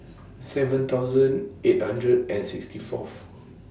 seven thousand eight hundred and sixty Fourth